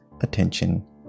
attention